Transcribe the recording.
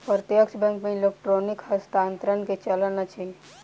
प्रत्यक्ष बैंक मे इलेक्ट्रॉनिक हस्तांतरण के चलन अछि